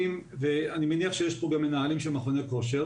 אני מניח שיש פה גם מנהלים של מכוני כושר.